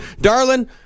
Darlin